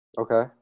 Okay